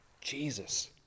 Jesus